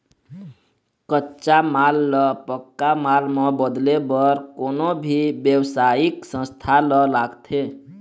कच्चा माल ल पक्का माल म बदले बर कोनो भी बेवसायिक संस्था ल लागथे